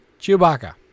Chewbacca